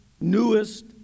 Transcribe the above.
newest